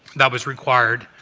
that was required